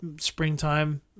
springtime